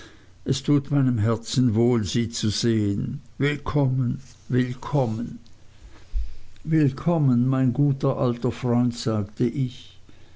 es tut meinem herzen wohl sie zu sehen willkommen willkommen willkommen mein guter alter freund sagte ich